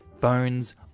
PHONES